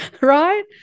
right